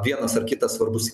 vienas ar kitas svarbus